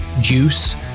Juice